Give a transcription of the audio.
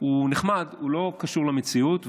הוא נחמד, הוא לא קשור למציאות.